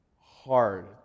hard